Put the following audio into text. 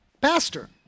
pastor